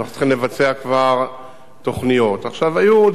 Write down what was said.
אנחנו צריכים לבצע כבר תוכניות.